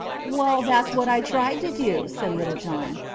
well, that's what i tried to do, said little john.